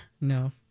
no